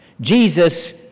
Jesus